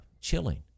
chilling